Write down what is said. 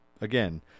again